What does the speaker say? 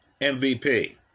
MVP